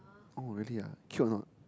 oh really ah cute a not